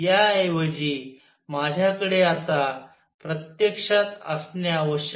या ऐवजी माझ्याकडे आता प्रत्यक्षात असणे आवश्यक आहे